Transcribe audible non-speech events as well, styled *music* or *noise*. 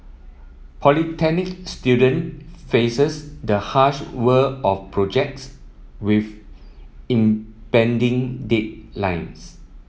polytechnic student faces the harsh world of projects with impending *unintelligible*